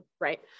right